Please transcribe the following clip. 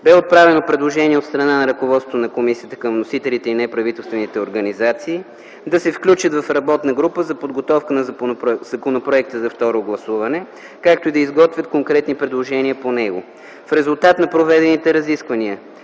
Бе отправено предложение от страна на ръководството на комисията към вносителите и неправителствените организации да се включат в работна група за подготовка на законопроекта за второ гласуване, както и да изготвят конкретни предложения по него. В резултат на проведените разисквания